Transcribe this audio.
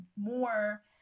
more